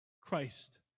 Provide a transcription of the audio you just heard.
Christ